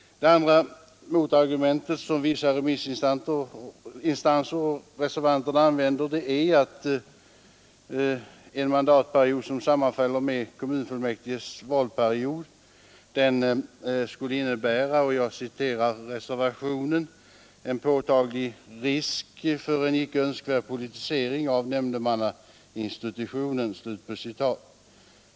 Det andra motargumentet som vissa remissinstanser och även reservanterna anför är — jag använder delvis reservationens ord — att en mandatperiod som sammanfaller med perioden för kommunfullmäktige innebär en påtaglig risk för en icke önskvärd politisering av nämndeman nainstitutionen.